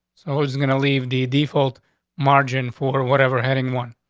so is gonna leave the default margin for whatever heading one.